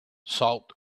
sought